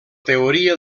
teoria